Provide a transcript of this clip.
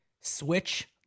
Switch